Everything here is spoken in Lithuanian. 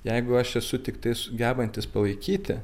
jeigu aš esu tiktais gebantis palaikyti